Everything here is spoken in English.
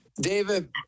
david